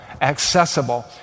accessible